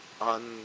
on